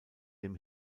dem